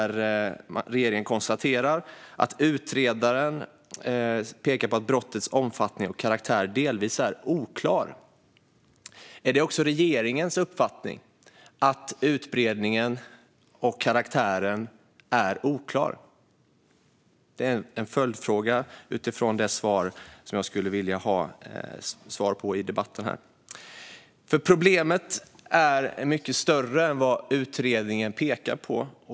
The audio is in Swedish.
Regeringen konstaterar att utredaren pekar på att "brottens omfattning och karaktär delvis är oklar". Är det även regeringens uppfattning att utbredningen och karaktären är oklar? Det är en följdfråga som jag skulle vilja ha svar på i debatten. Problemet är mycket större än vad utredningen pekar på.